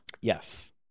Yes